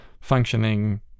functioning